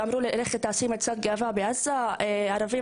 היו שאמרו לי: ״לכי תעשי מצעד גאווה בעזה.״ היו ערבים